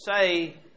say